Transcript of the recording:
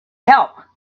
help